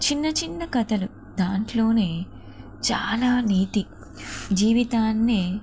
చిన్న చిన్న కథలు దాంట్లోనే చాలా నీతి జీవితాన్నే